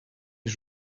his